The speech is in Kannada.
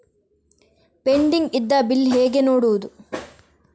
ಪೆಂಡಿಂಗ್ ಇದ್ದ ಬಿಲ್ ಹೇಗೆ ನೋಡುವುದು?